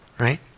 right